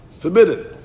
forbidden